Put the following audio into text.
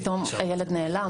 פתאום הילד נעלם.